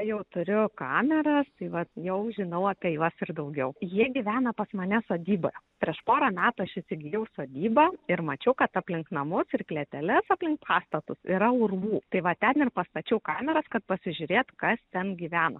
jau turiu kameras tai vat jau žinau apie juos ir daugiau jie gyvena pas mane sodyboje prieš porą metų aš įsigijau sodybą ir mačiau kad aplink namus ir klėteles aplink pastatus yra urvų tai va ten ir pastačiau kameras kad pasižiūrėt kas ten gyvena